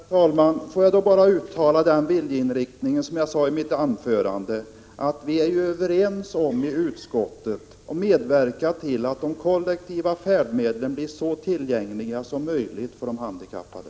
Herr talman! Jag vill bara uttala den viljeinriktningen som jag framförde i mitt anförande. Vi i utskottet är överens om att medverka till att de kollektiva färdmedlen blir så tillgängliga som möjligt för handikappade.